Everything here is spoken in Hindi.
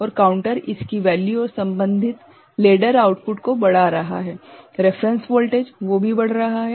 और काउंटर इसकी वैल्यूऔर संबन्धित लेडर आउटपुट को बढ़ा रहा है रेफरेंस वोल्टेज वो भी बढ़ रहा है